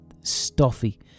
stuffy